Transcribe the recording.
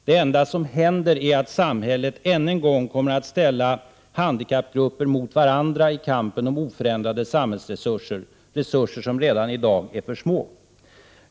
Det enda som händer är att samhället än en gång kommer att ställa handikappgrupper mot varandra i kampen om oförändrade samhällsresurser, resurser som redan i dag är för små.